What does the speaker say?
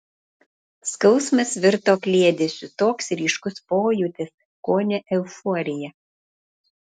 skausmas virto kliedesiu toks ryškus pojūtis kone euforija